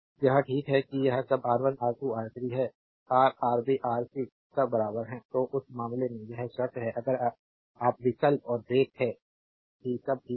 तो यह ठीक है कि यह सब R1 R2 R3 है रा आरबी आर सी सब बराबर हैं तो उस मामले में यह शर्त है अगर आप विकल्प और wight है कि सब ठीक है